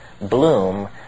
Bloom